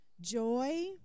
joy